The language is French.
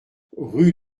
rue